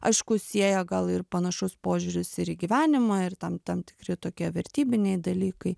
aišku sieja gal ir panašus požiūris ir į gyvenimą ir tam tam tikri tokie vertybiniai dalykai